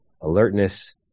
alertness